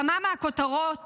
כמה מהכותרות